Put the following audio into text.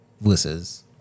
versus